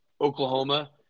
Oklahoma